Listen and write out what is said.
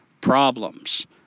problems